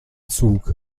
zug